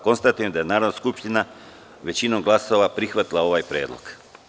Konstatujem da je Narodna skupština većinom glasova prihvatila ovaj predlog.